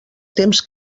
temps